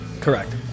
Correct